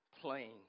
playing